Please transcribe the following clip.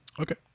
Okay